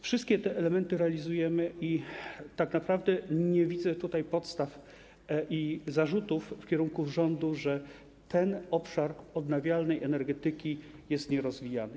Wszystkie te elementy realizujemy i tak naprawdę nie widzę tutaj podstaw do zarzutów w kierunku rządu, że ten obszar odnawialnej energetyki jest nierozwijany.